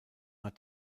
hat